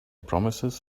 promises